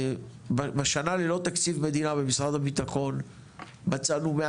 בשנה ללא תקציב מדינה במשרד הביטחון מצאנו 100